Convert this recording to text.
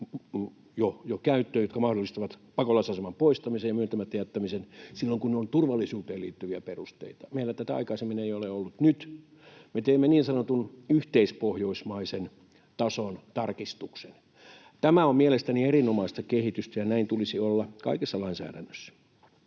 säännökset, jotka mahdollistavat pakolaisaseman poistamisen ja myöntämättä jättämisen silloin, kun ne ovat turvallisuuteen liittyviä perusteita, meillä tätä aikaisemmin ei ole ollut. Nyt me teemme niin sanotun yhteispohjoismaisen tason tarkistuksen. Tämä on mielestäni erinomaista kehitystä, ja näin tulisi olla kaikessa lainsäädännössä.